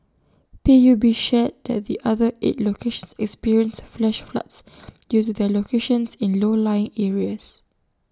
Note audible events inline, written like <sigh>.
P U B shared that the other eight locations experienced flash floods due <noise> to their locations in low lying areas